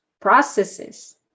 processes